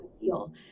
feel